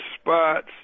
spots